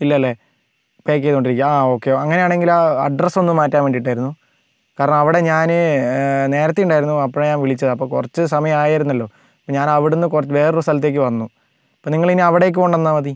ഇല്ല അല്ലെ പായ്ക്ക് ചെയ്തുകൊണ്ടിരിക്കുകയാണോ ആ ഓക്കേ അങ്ങനെയാണെങ്കില് ആ അഡ്രസ്സ് ഒന്ന് മാറ്റാൻ വേണ്ടിട്ടായിരുന്നു കാരണം അവിടെ ഞാന് നേരത്തെ ഉണ്ടായിരുന്നു അപ്പോഴാണ് ഞാൻ വിളിച്ചത് അപ്പോൾ കുറച്ചു സമയം ആയായിരുന്നല്ലോ അപ്പോൾ ഞാൻ അവിടുന്ന് വേറൊരു സ്ഥലത്തേക്ക് വന്നു അപ്പം നിങ്ങളിനി അവിടേക്ക് കൊണ്ടുവന്നാൽ മതി